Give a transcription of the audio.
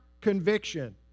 conviction